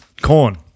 Corn